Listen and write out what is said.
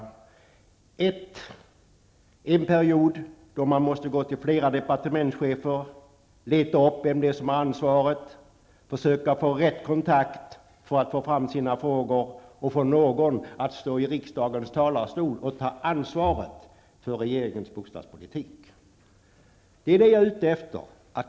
Under ena perioden var man tvungen att gå till flera departementschefer, leta upp den som har ansvaret och försöka få rätt kontakt för att föra fram sina frågor och få någon att stå i riksdagens talarstol och ta ansvaret för regeringens bostadspolitik. Det är det jag är ute efter.